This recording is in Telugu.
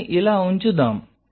దానిని ఇలా ఉంచుదాం